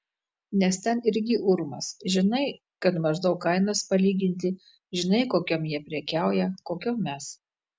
nes ten irgi urmas žinai kad maždaug kainas palyginti žinai kokiom jie prekiauja kokiom mes